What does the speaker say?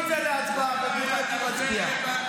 בואו נביא את זה להצבעה ונראה מי מצביע.